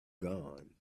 gone